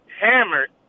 hammered